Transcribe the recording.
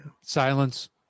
Silence